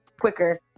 quicker